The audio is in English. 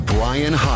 Brian